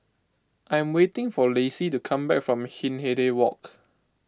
I'm waiting for Laci to come back from Hindhede Walk